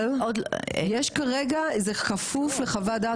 אבל יש כרגע זה כפוף לחוות דעת?